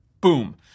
boom